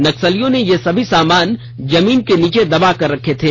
नक्सलियों ने ये सभी सामान जमीन के नीचे दबाकर रखे थे